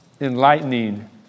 enlightening